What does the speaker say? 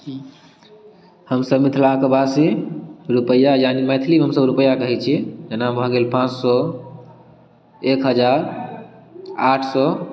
हमसब मिथलाकबासी रुपैआ यानि मैथिलीमे हमसब रुपैआ कहै छियै जेना भऽ गेल पाँच सए एक हजार आठ सए